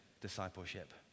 discipleship